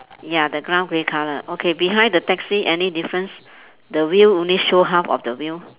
ya the ground grey colour okay behind the taxi any difference the wheel only show half of the wheel